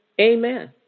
Amen